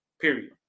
Period